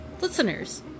Listeners